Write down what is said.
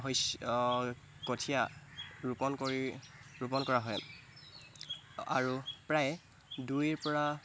শষ্য কঠীয়া ৰোপন কৰি ৰোপন কৰা হয় আৰু প্ৰায় দুই পৰা